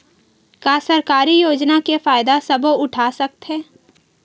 का सरकारी योजना के फ़ायदा सबो उठा सकथे?